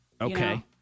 Okay